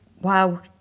wow